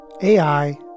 AI